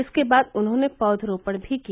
इसके बाद उन्होंने पौधरोपण भी किया